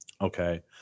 Okay